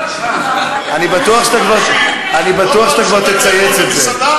אני בטוח שאתה כבר תצייץ את זה.